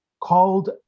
called